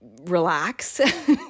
relax